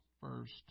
first